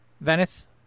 Venice